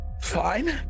Fine